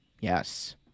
Yes